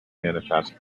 manifest